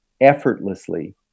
effortlessly